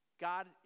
God